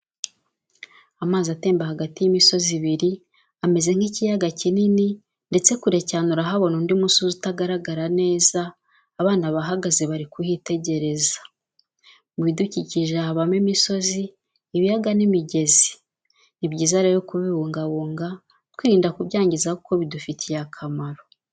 Amazi atemba hagati y'imisozi ibiri ameze nk'ikiyaaga kinini ndetse kure cyane urahabona undi musozi utagaragara neza, abana bahagaze bari kuhiitegereza. Mu bidukikije habamo imisozi ibiyaga n'imigezi ni byiza rero kubibungabunga twirinda kubyangiza kuko bidufitiye akamaro.